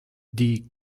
die